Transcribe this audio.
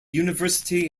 university